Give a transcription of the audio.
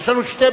יש לנו שתי,